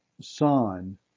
son